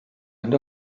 and